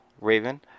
raven